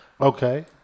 Okay